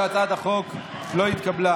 לא נתקבלה.